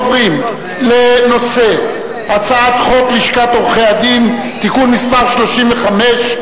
אנחנו עוברים להצעת חוק לשכת עורכי-הדין (תיקון מס' 35),